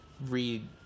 read